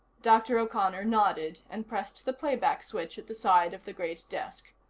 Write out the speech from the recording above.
dr. o'connor nodded and pressed the playback switch at the side of the great desk.